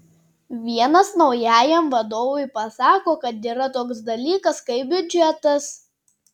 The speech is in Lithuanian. vienas naujajam vadovui pasako kad yra toks dalykas kaip biudžetas